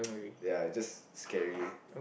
ya it's just scary